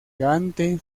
gante